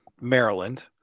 Maryland